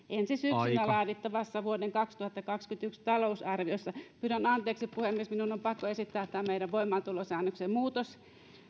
ensi syksynä laadittavassa vuoden kaksituhattakaksikymmentäyksi talousarviossa pyydän anteeksi puhemies minun on pakko esittää tämä meidän voimaantulosäännöksen muutos